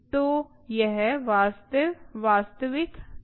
तो यह वास्तविक टेकअवे है